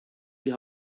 die